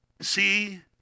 see